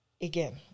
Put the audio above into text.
again